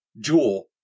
Jewel